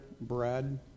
bread